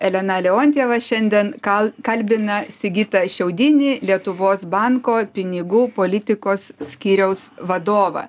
elena leontjeva šiandien kal kalbina sigitą šiaudinį lietuvos banko pinigų politikos skyriaus vadovą